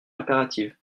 impérative